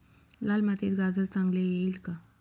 लाल मातीत गाजर चांगले येईल का?